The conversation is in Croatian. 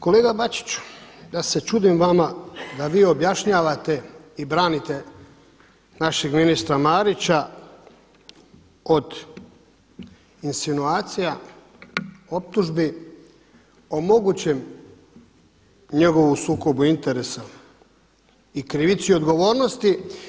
Kolega Bačiću ja se čudim vama da vi objašnjavate i branite našeg ministra Marića od insinuacija optužbi o mogućem njegovu sukobu interesa i krivici odgovornosti.